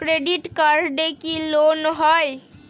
Credit কার্ডে কি loan হয়?